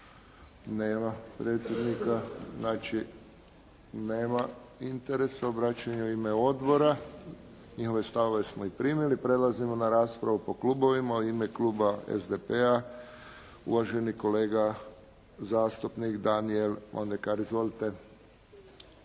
Nema predsjednika, znači nema interesa o obraćanju u ime odbora. Njihove stavove smo i primili. Prelazimo na raspravu po klubovima. U ime kluba SDP-a, uvaženi kolega zastupnik Daniel Mondekar. Izvolite.